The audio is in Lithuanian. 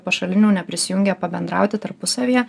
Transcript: pašalinių neprisijungia pabendrauti tarpusavyje